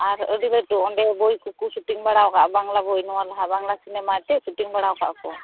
ᱟᱨ ᱟᱹᱰᱤ ᱞᱟᱹᱴᱩ ᱚᱸᱰᱮ ᱵᱳᱭ ᱠᱚ ᱠᱚ ᱥᱩᱴᱤᱝ ᱵᱟᱲᱟ ᱟᱠᱫᱼᱟ ᱵᱟᱝᱞᱟ ᱵᱳᱭ ᱱᱚᱣᱟ ᱞᱟᱦᱟ ᱵᱟᱝᱞᱟ ᱥᱤᱱᱮᱢᱟ ᱮᱱᱛᱮᱫ ᱥᱩᱴᱤᱝ ᱵᱟᱲᱟ ᱟᱠᱟᱫ ᱟᱠᱚ